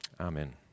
Amen